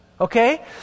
Okay